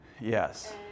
Yes